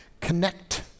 Connect